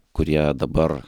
kurie dabar